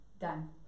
done